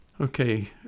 Okay